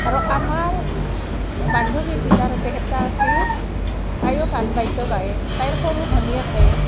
আৰু আমাৰ বান্ধৱীৰ ভিতৰতে এটা আছিল তায়ো গান বাদ্য গায় তাইৰ সৰু ভনীয়েকে